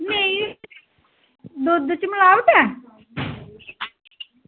नेईं दुद्ध च मिलावट ऐ